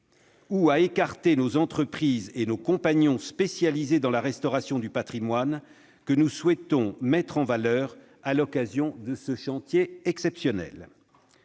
ou à écarter nos entreprises et nos compagnons spécialisés dans la restauration du patrimoine, que nous souhaitons mettre en valeur à l'occasion de ce chantier exceptionnel.